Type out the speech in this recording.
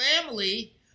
family